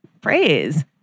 praise